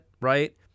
right